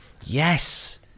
yes